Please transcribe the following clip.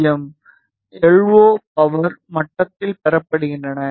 PM இன் L O power மட்டத்தில் பெறப்படுகின்றன